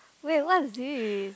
wait what is this